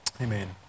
Amen